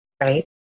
Right